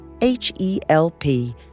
H-E-L-P